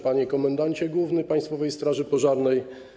Panie Komendancie Główny Państwowej Straży Pożarnej!